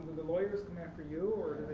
the lawyers come after you, or